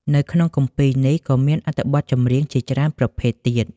នៅក្នុងគម្ពីរនេះ ក៏មានអត្ថបទចម្រៀងជាច្រើនប្រភេទទៀត។